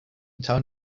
town